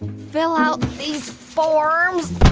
fill out these forms